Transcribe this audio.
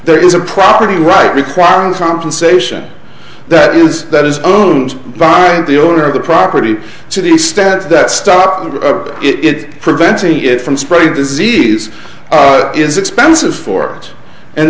there is a property right requiring compensation that is that is owned by the owner of the property so the stats that stop it preventing it from spreading disease is expensive for us and